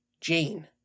Jane